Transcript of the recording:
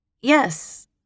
Yes